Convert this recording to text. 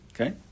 Okay